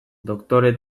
doktore